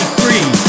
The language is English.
free